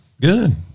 Good